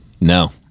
No